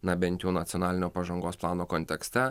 na bent jau nacionalinio pažangos plano kontekste